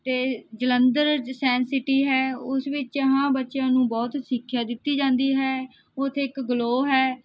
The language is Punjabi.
ਅਤੇ ਜਲੰਧਰ ਜ ਸਾਇੰਸ ਸਿਟੀ ਹੈ ਉਸ ਵਿੱਚ ਹਾਂ ਬੱਚਿਆਂ ਨੂੰ ਬਹੁਤ ਸਿੱਖਿਆ ਦਿੱਤੀ ਜਾਂਦੀ ਹੈ ਉੱਥੇ ਇੱਕ ਗਲੋ ਹੈ